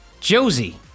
Josie